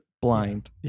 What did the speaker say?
blind